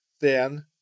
Then